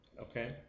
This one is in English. Okay